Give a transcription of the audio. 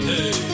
Hey